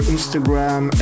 Instagram